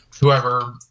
whoever